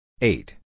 Eight